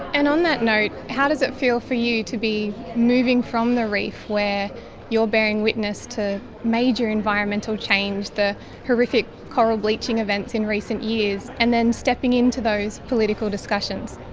and on that note, how does it feel for you to be moving from the reef where you are bearing witness to major environmental change, the horrific coral bleaching events in recent years, and then stepping in to those political discussions?